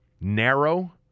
narrow